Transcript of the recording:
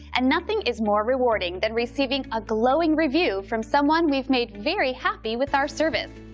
and nothing is more rewarding than receiving a glowing review from someone we've made very happy with our service.